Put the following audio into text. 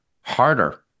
harder